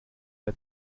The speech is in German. der